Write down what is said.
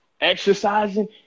Exercising